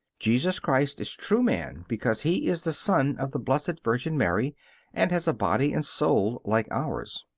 jesus christ is true man because he is the son of the blessed virgin mary and has a body and soul like ours.